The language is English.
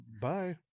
Bye